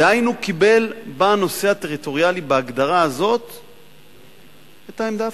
דהיינו קיבל בנושא הטריטוריאלי בהגדרה הזאת את העמדה הפלסטינית,